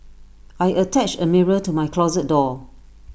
I attached A mirror to my closet door